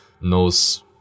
knows